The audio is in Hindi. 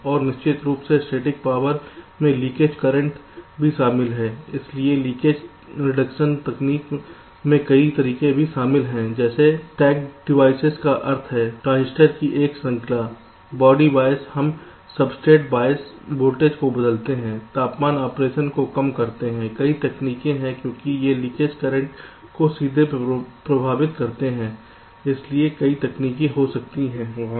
और निश्चित रूप से स्थैतिक पावर में लीकेज करंट भी शामिल है इसलिए लीकेज रिडक्शन तकनीक में कई तरीके भी शामिल हैं जैसे स्टैक्ड डिवाइसेस का अर्थ है ट्रांजिस्टर की एक श्रृंखला बॉडी बायस हम सब्सट्रेट बायस वोल्टेज को बदलते हैं तापमान ऑपरेशन को कम करते हैं कई तकनीकें हैं क्योंकि ये लीकेज करंट को सीधे प्रभावित करते हैं इसलिए कई तकनीकें हो सकती हैं वहाँ